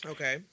Okay